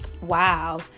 wow